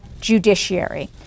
judiciary